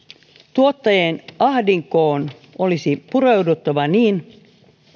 tuottajien ahdinkoon olisi pureuduttava niin